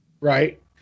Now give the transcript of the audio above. Right